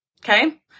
Okay